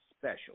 special